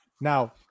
Now